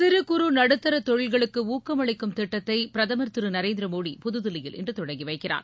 சிறு குறு நடுத்தர தொழில்களுக்கு ஊக்கம் அளிக்கும் திட்டத்தை பிரதமர் திரு நரேந்திரமோடி புதுதில்லியில் இன்று தொடங்கி வைக்கிறார்